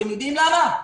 אתם יודעים למה?